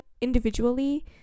individually